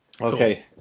Okay